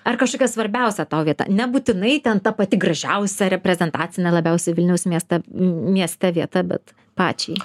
ar kažkokia svarbiausia tau vieta nebūtinai ten ta pati gražiausia reprezentacinė labiausiai vilniaus miestą mieste vieta bet pačiai